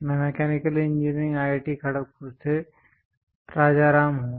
मैं mechanical engineering IIT Kharagpur से राजाराम हूँ